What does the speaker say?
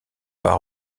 par